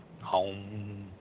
Home